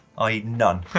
i e, none.